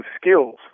skills